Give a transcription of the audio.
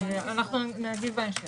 אנחנו נגיב בהמשך.